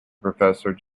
professor